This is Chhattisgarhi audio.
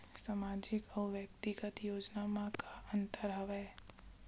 सामाजिक अउ व्यक्तिगत योजना म का का अंतर हवय?